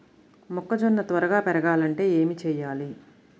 మొక్కజోన్న త్వరగా పెరగాలంటే ఏమి చెయ్యాలి?